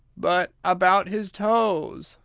but about his toes?